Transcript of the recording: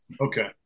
Okay